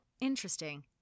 interesting